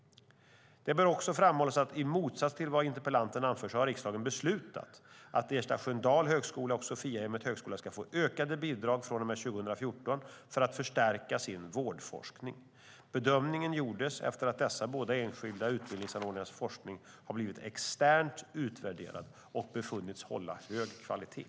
Det bör också framhållas att i motsats till vad interpellanten anför har riksdagen beslutat att Ersta Sköndal högskola och Sophiahemmet Högskola ska få ökade bidrag från och med 2014 för att förstärka sin vårdforskning. Bedömningen gjordes efter att dessa båda enskilda utbildningsanordnares forskning blivit externt utvärderad och befunnits hålla hög kvalitet.